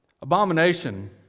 Abomination